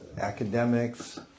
academics